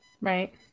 Right